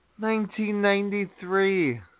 1993